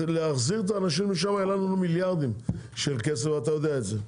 להחזיר את האנשים לשם יעלה לנו מיליארדים ואתה יודע את זה.